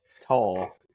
tall